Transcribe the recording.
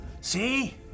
See